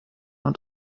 und